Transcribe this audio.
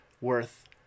worth